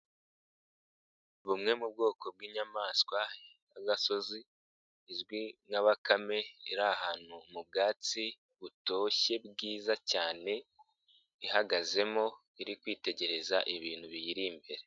Bumwe mu bwoko bw'inyamaswa y'agasozi izwi nka bakame, iri ahantu mu bwatsi butoshye bwiza cyane, ihagazemo iri kwitegereza ibintu biyiri imbere.